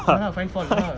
ya lah find fault lah